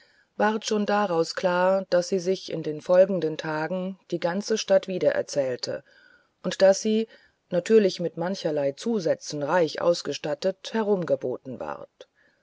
ward schon daraus klar daß sie sich in den folgen den tagen die ganze stadt wiedererzählte und daß sie natürlich mit mancherlei zusätzen reich ausgestattet herumgeboten ward